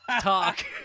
talk